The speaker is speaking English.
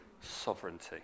sovereignty